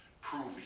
proving